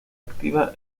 activa